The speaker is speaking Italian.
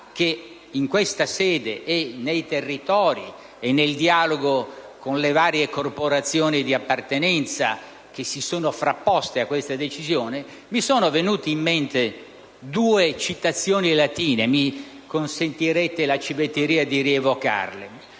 in questa sede, nei territori e nel dialogo con le varie corporazioni di appartenenza si sono frapposte a questa decisione, mi sono venute in mente due citazione latine; mi consentirete la civetteria di rievocarle.